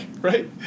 right